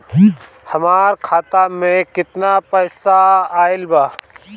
हमार खाता मे केतना पईसा आइल बा?